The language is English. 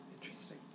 Interesting